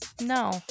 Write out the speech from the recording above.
No